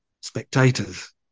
spectators